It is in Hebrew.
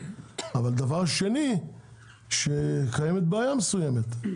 אבל דבר שני שקיימת בעיה מסוימת,